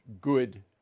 good